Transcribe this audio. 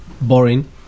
Boring